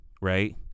right